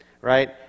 right